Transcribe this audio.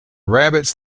rabbits